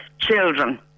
children